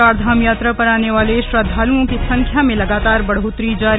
चारधाम यात्रा पर आने वाले श्रद्धालुओं की संख्या में लगातार बढ़ोतरी जारी